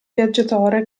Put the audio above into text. viaggiatore